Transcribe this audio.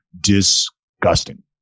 disgusting